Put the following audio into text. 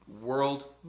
world